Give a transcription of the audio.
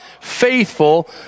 faithful